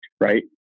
Right